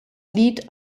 lied